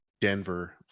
Denver